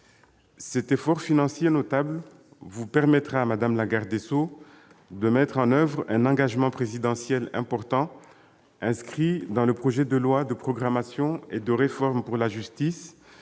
Cet effort financier notable vous permettra, madame la garde des sceaux, de mettre en oeuvre un engagement présidentiel important, inscrit dans le projet de loi de programmation et de réforme pour la justice,